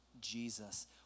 Jesus